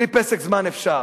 בלי "פסק זמן" אפשר,